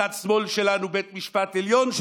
מצד שמאל שלנו בית משפט עליון,